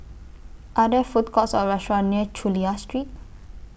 Are There Food Courts Or restaurants near Chulia Street